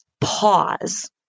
pause